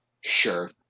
Sure